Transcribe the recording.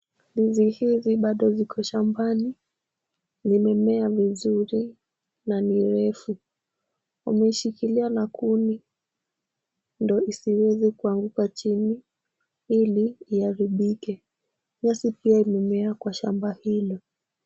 Ndizi hizi bado ziko shambani zimemea vizuri na ni refu. Wameshikilia na kuni ndio isiweze kuanguka chini ili iharibike nyasi pia imemea kwa shamba hilo.